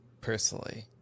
personally